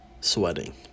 sweating